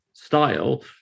style